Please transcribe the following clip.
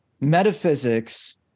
metaphysics